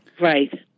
Right